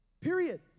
Period